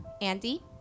Andy